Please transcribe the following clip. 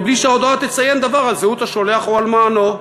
בלי שההודעה תציין דבר על זהות השולח או על מענו,